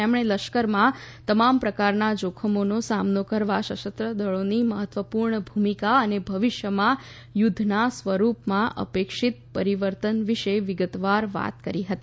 તેમણે લશ્કરમાં તમામ પ્રકારનાં જોખમોનો સામનો કરવામાં સશસ્ત્ર દળોની મહત્વપૂર્ણ ભૂમિકા અને ભવિષ્યમાં યુદ્ધના સ્વરૂપમાં અપેક્ષિત પરિવર્તન વિશે વિગતવાર વાત કરી હતી